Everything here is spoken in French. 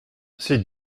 c’est